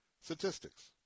Statistics